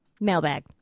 Mailbag